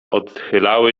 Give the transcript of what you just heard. odchylały